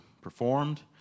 performed